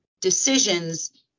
decisions